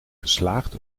geslaagd